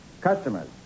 Customers